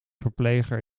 verpleger